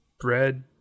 *Bread*